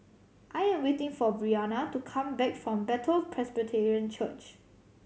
I am waiting for Brianna to come back from Bethel Presbyterian Church